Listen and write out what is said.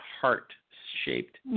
heart-shaped